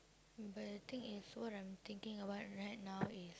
but the thing is what I'm thinking about right now is